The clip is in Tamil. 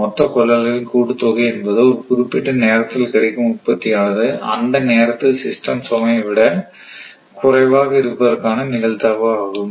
மொத்த கொள்ளளவின் கூட்டுத்தொகை என்பது ஒரு குறிப்பிட்ட நேரத்தில் கிடைக்கும் உற்பத்தியானது அந்த நேரத்தில் சிஸ்டம் சுமையை விட குறைவாக இருப்பதற்கான நிகழ்தகவு ஆகும்